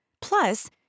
Plus